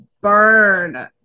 burn